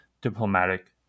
diplomatic